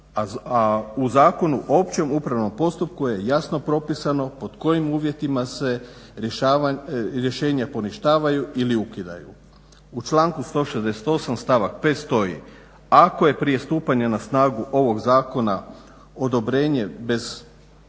u zakonu o općem upravnom postupku je jasno propisano pod kojim uvjetima se rješenje poništavaju ili ukidaju. U članku 168. stavak 5. stoji: „Ako je prije stupanja na snagu ovog zakona odobrenje bez pravne